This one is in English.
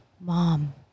mom